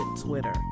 Twitter